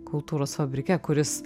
kultūros fabrike kuris